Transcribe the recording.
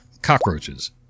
cockroaches